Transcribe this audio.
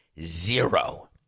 Zero